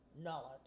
knowledge